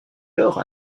lors